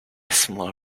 small